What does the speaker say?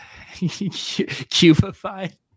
cubified